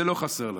זה לא חסר לנו.